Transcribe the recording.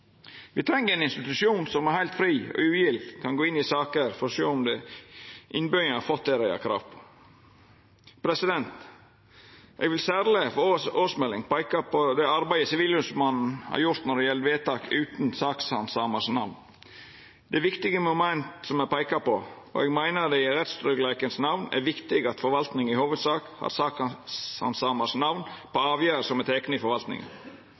treng ein institusjon som heilt fritt og ugildt kan gå inn i saker for å sjå om innbyggjarane har fått det dei har krav på. Eg vil i årsmeldinga særleg peika på det arbeidet Sivilombodsmannen har gjort når det gjeld vedtak utan namn på sakshandsamaren. Det er viktige moment å peika på, og eg meiner det i rettstryggleikens namn er viktig at forvaltninga i hovudsak har namnet til sakshandsamaren på avgjerder som er tekne i forvaltninga.